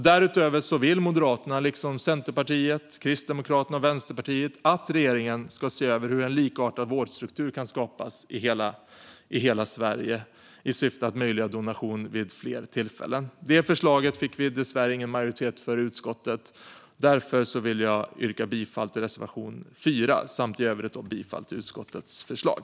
Därutöver vill Moderaterna, liksom Centerpartiet, Kristdemokraterna och Vänsterpartiet, att regeringen ska se över hur en likartad vårdstruktur kan skapas i hela Sverige i syfte att möjliggöra donation vid fler tillfällen. Det förslaget fick vi dessvärre ingen majoritet för i utskottet. Därför vill jag nu yrka bifall till reservation 4 samt i övrigt bifall till utskottets förslag.